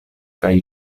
kaj